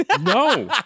No